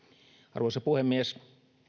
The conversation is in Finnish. arvoisa puhemies